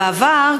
בעבר,